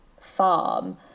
farm